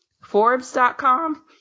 Forbes.com